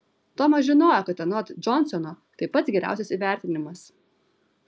tomas žinojo kad anot džonsono tai pats geriausias įvertinimas